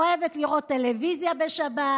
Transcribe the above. אוהבת לראות טלוויזיה בשבת,